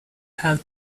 have